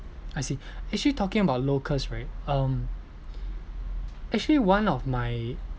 I see actually talking about locals right um actually one of my